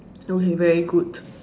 don't have very good